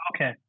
Okay